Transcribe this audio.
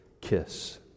kiss